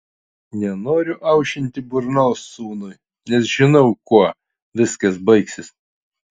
nenoriu aušinti burnos sūnui nes žinau kuo viskas baigsis